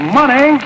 money